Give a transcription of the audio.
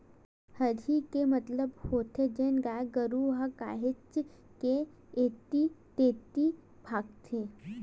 हरही के मतलब होथे जेन गाय गरु ह काहेच के ऐती तेती भागथे